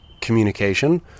communication